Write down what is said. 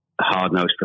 hard-nosed